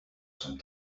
some